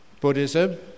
Buddhism